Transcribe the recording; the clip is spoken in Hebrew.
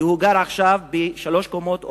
והוא גר עכשיו בשלוש קומות,